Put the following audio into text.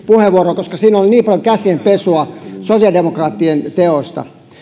puheenvuoroon koska siinä oli niin paljon käsienpesua sosiaalidemokraattien teoista